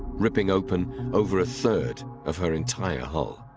ripping open over a third of her entire hull.